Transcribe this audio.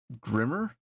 Grimmer